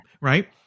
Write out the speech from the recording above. right